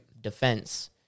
defense